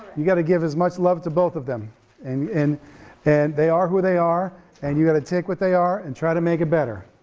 you gotta give as much love to both of them and and and they are who they are and you gotta take what they are and try to make it better,